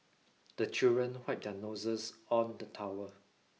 the children wipe their noses on the towel